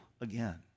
again